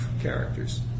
characters